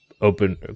open